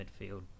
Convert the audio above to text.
midfield